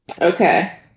Okay